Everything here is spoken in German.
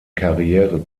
karriere